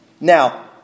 Now